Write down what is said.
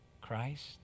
Christ